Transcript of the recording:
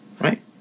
Right